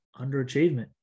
underachievement